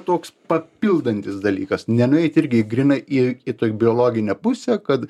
toks papildantis dalykas nenueit irgi grynai į į biologinę pusę kad